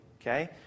okay